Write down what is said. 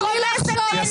אני בכוונה עשיתי את זה.